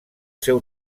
seu